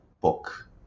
book